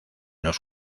los